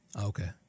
Okay